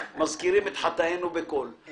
למצוא את עצמנו כאן כאילו באים לעשות טוב,